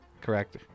Correct